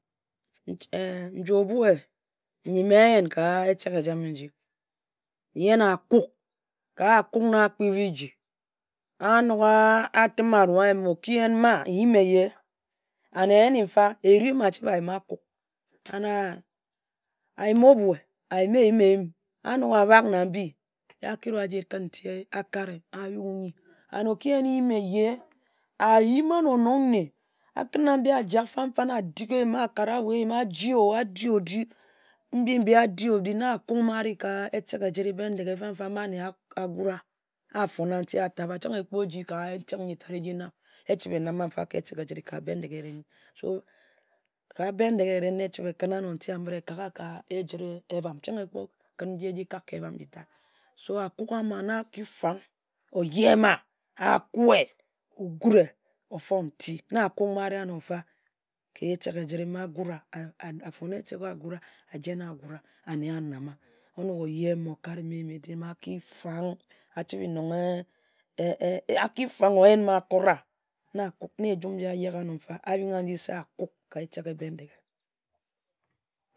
E-e njo-o obue nyi me nyen kai etek ejame nji, nyen a kuk, ka-a a kuk na akpi biji. A nok a-tim a-ruwa nyiem, o-ki yen n-ma, nyiem ehye, and ehyen-nfa Erim achibe ayim-ma akuk and a achibe a-yim ma obue. A nok a-bak na mbi a ki ruweh aji kǝn nti ak are a yowue nyi, and oki yen-nyim ehye, a yim a-nor nong nne akǝnna mbi fan-fan ajak akara mbi eyim e dim a-jie-o, a di-o-di, mbi, mbi a-di-o-di na akuk ma a ri ka Bendeghe, ka etek ejit-re ma ane a-gura a-taba a-fon-na nti a-taba, chang ekpo-ji ka etek nji-tat eji-nam, echibe ehnama nfa ka etek eji-re ka Bendeghe. So ka Bendeghe ereh na echibe ekǝnna nti a-mere ekagha ka ejire ebam chang ekpo-kǝn nji eji kak ka ebam nji tat. So akuk ama na a ki fang, oye-ma akue, ogure ofon nti na akuk ma ari-ano-fa ka etek ejire ma agura nfa. A-fon etek a-gura, ajenn e a-gura a-nama Onok oye ma okare ma eyim-a-dim, a ki fang achibe nong eee a ki fang akora na ejum a-yek a nor-nfa, a bingha ma se a kuk